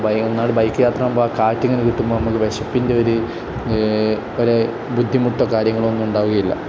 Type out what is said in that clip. bike യാത്രയാകുമ്പോൾ ആ കാറ്റ് ഇങ്ങനെ കിട്ടുമ്പോൾ നമുക്ക് വശപ്പിൻ്റെ ഒരു ഒരു ബുദ്ധിമുട്ടോ കാര്യങ്ങളോ ഒന്നും ഉണ്ടാവുകയില്ല